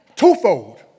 Twofold